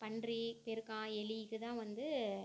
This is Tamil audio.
பன்றி பெருக்கான் எலி இது தான் வந்து